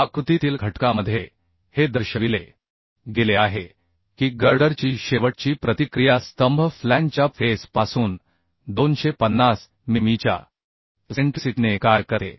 आकृतीतील घटकामध्ये हे दर्शविले गेले आहे की गर्डरची शेवटची प्रतिक्रिया स्तंभ फ्लॅंजच्या फेस पासून 250 मिमीच्या इसेंट्रीसिटी ने कार्य करते